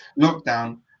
lockdown